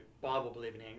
Bible-believing